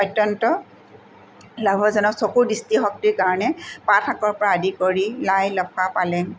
অত্যন্ত লাভজনক চকুৰ দৃষ্টিশক্তিৰ কাৰণে পাত শাকৰপৰা আদি কৰি লাই লফা পালেং